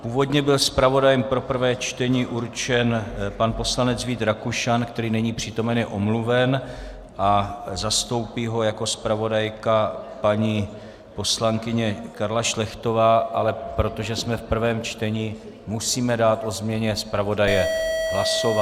Původně byl zpravodajem pro prvé čtení určen pan poslanec Vít Rakušan, který není přítomen, je omluven, zastoupí ho jako zpravodajka paní poslankyně Karla Šlechtová, ale protože jsme v prvém čtení, musíme dát o změně zpravodaje hlasovat.